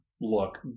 look